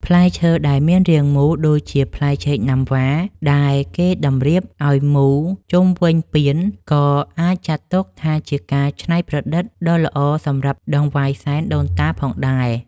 ផ្លែឈើដែលមានរាងមូលដូចជាផ្លែចេកណាំវ៉ាដែលគេតម្រៀបឱ្យមូលជុំវិញពានក៏អាចចាត់ទុកថាជាការច្នៃប្រឌិតដ៏ល្អសម្រាប់ដង្វាយសែនដូនតាផងដែរ។